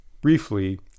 Briefly